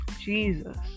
Jesus